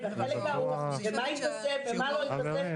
להישאר עם הנוסח הממשלתי לכל הפחות.